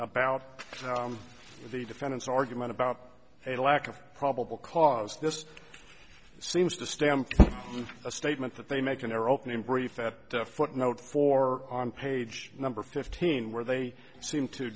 about the defendant's argument about a lack of probable cause this seems to stem from a statement that they make in their opening brief that footnote four on page number fifteen where they seem to